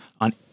on